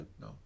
No